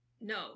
No